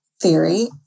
theory